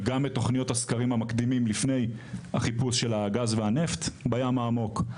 גם את תוכניות הסקרים המקדימים לפני החיפוש של הגז והנפט בים העמוק.